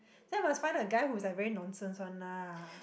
then you must find a guy who's like very nonsense one lah